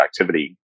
activity